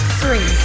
three